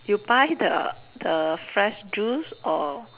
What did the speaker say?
you buy the the fresh juice or